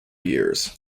years